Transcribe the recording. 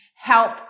help